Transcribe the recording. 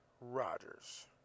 Rodgers